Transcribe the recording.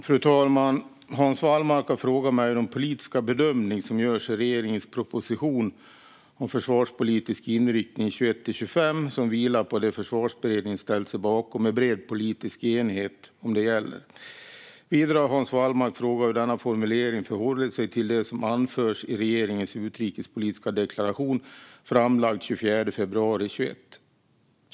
Fru talman! Hans Wallmark har frågat mig om den politiska bedömning som görs i regeringens proposition om försvarspolitisk inriktning 2021-2025, som vilar på det Försvarsberedningen ställt sig bakom i bred politisk enighet, gäller. Vidare har Hans Wallmark frågat hur denna formulering förhåller sig till det som anförs i regeringens utrikespolitiska deklaration, framlagd den 24 februari 2021.